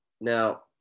now